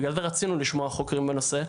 בגלל זה רצינו לשמוע חוקרים בנושא,